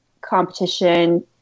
competition